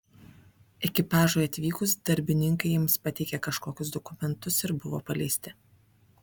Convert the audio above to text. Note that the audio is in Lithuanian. ekipažui atvykus darbininkai jiems pateikė kažkokius dokumentus ir buvo paleisti